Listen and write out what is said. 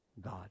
God